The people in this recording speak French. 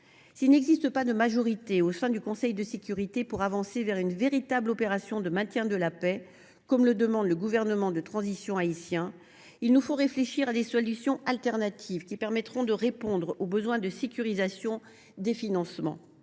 S’il n’existe pas de majorité au sein du Conseil de sécurité des Nations unies pour avancer vers une véritable opération de maintien de la paix, comme le demande le gouvernement de transition haïtien, il nous faut réfléchir à des solutions de remplacement qui permettront de répondre au besoin de sécurisation des financements.